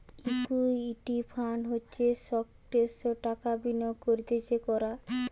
equity fund হচ্ছে স্টকসে টাকা বিনিয়োগ করতিছে কোরা